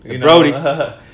Brody